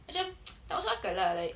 macam tak masuk akal lah like